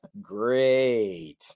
great